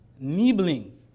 nibbling